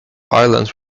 island